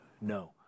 no